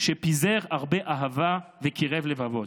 שפיזר הרבה אהבה וקירב לבבות.